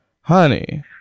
honey